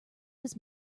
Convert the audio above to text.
was